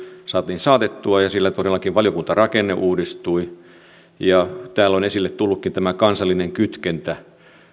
saatiin saatettua nyt loppuun ja sillä todellakin valiokuntarakenne uudistui täällä on esille tullutkin tämä kansallinen kytkentä